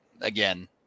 Again